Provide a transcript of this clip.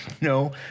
no